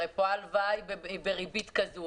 הרי פה ההלוואה היא בריבית כזו,